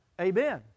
amen